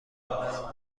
مرا